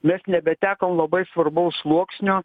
mes nebetekom labai svarbaus sluoksnio